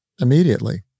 immediately